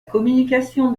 communication